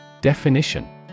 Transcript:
Definition